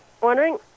wondering